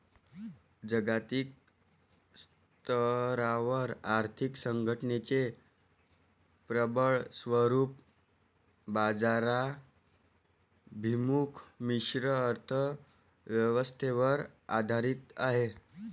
जागतिक स्तरावर आर्थिक संघटनेचे प्रबळ स्वरूप बाजाराभिमुख मिश्र अर्थ व्यवस्थेवर आधारित आहे